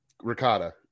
ricotta